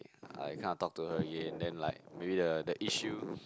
I kind of talk to her again then like maybe the the issue